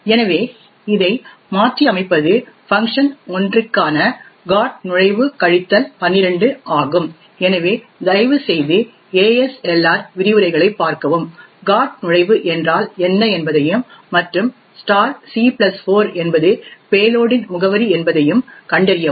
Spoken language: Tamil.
எனவே இதை மாற்றியமைப்பது fun1 க்கான GOT நுழைவு கழித்தல் 12 ஆகும் எனவே தயவுசெய்து ASLR விரிவுரைகளைப் பார்க்கவும் GOT நுழைவு என்றால் என்ன என்பதையும் மற்றும் c 4 என்பது பேலோடின் முகவரி என்பதையும் கண்டறியவும்